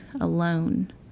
alone